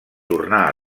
tornar